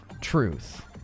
truth